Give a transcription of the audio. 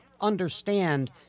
understand